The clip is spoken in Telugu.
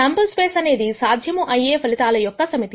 శాంపుల్ స్పేస్ అనేది సాధ్యము అయ్యే ఫలితాల యొక్క సమితి